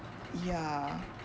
ya